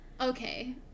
Okay